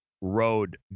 road